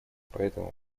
поэтому